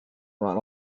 run